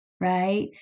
right